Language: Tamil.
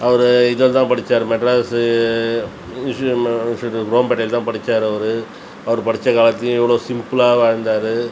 அவர் இதை தான் படிச்சார் மெட்ராஸ்ஸு குரோம்பேட்டையில் தான் படிச்சார் அவர் அவர் படிச்ச காலத்துலையும் எவ்வளோ சிம்பிளாக வாழ்ந்தார்